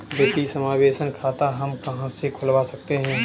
वित्तीय समावेशन खाता हम कहां से खुलवा सकते हैं?